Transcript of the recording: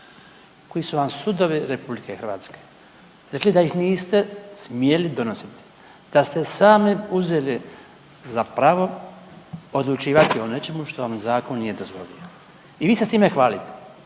koji su vam sudovi RH rekli da ih niste smjeli donositi, da ste sami uzeli za pravo odlučivati o nečemu što vam zakon nije dozvolio. I vi ste s time hvalite,